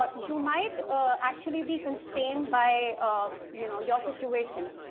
ah you might actually be constrained by you know your situation.